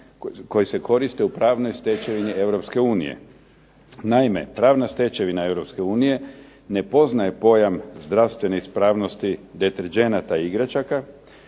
koji se koriste u pravnoj stečevini Europske unije. Naime, pravna stečevina Europske unije ne poznaje pojam zdravstvene ispravnosti deterdženata i igračaka